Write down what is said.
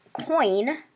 coin